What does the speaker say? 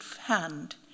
hand